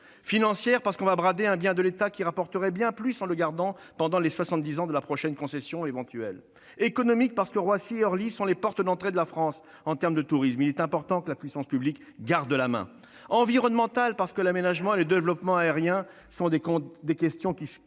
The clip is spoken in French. d'abord, parce qu'on va brader un bien de l'État qui rapporterait plus en le gardant pendant les soixante-dix ans de l'éventuelle prochaine concession ; économique ensuite, parce que Roissy et Orly sont les portes d'entrée de la France en termes de tourisme, et il est important que la puissance publique garde la main ; environnementale enfin, parce que l'aménagement et le développement aérien sont des questions qui préoccupent